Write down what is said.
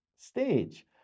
stage